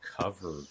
cover